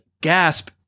gasp